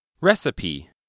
Recipe